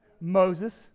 Moses